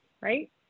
right